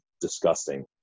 disgusting